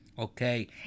Okay